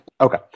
Okay